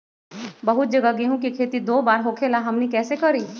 बहुत जगह गेंहू के खेती दो बार होखेला हमनी कैसे करी?